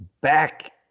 back